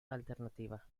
alternativa